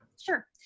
Sure